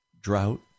drought